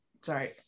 sorry